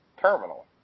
terminal